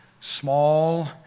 small